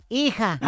hija